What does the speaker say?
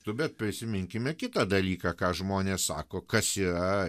nu bet prisiminkime kitą dalyką ką žmonės sako kas yra